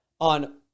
on